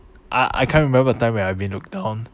I I can't remember a time when I've been looked down